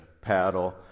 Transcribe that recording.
paddle